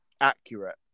accurate